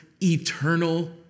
eternal